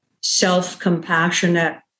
self-compassionate